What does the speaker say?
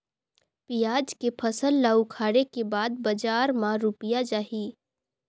पियाज के फसल ला उखाड़े के बाद बजार मा रुपिया जाही?